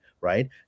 right